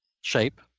Shape